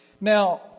Now